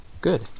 good